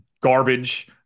garbage